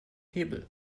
hebel